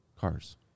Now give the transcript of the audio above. cars